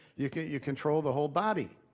you you control the whole body.